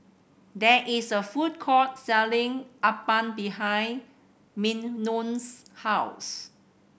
there is a food court selling Appam behind Mignon's house